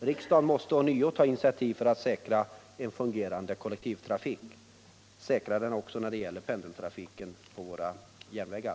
Riksdagen måste ånyo ta initiativ för att säkra en fungerande kollektivtrafik, säkra den också när det gäller lokal pendeltrafik på våra järnvägar.